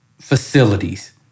facilities